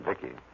Vicky